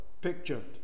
pictured